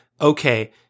okay